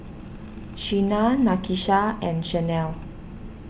Shena Nakisha and Shanell